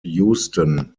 houston